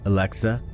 Alexa